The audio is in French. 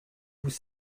vous